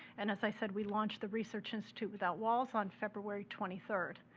and as i said, we launched the research institute without walls on february twenty third.